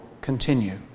continue